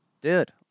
Dude